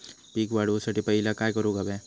पीक वाढवुसाठी पहिला काय करूक हव्या?